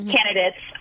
Candidates